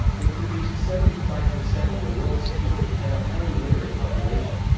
it produced seventy five percent of the world's teak and had a highly literate population.